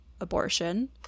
abortion